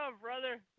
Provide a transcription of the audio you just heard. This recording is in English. brother